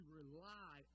rely